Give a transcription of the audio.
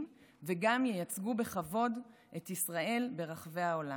וגם ייצגו בכבוד את ישראל ברחבי העולם.